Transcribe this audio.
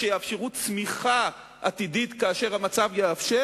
שיאפשרו צמיחה עתידית כאשר המצב יאפשר?